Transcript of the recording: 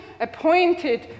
appointed